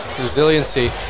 Resiliency